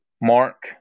Mark